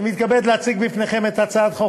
אני מתכבד להציג בפניכם את הצעת חוק